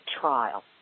trial